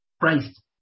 Christ